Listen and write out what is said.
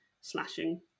slashing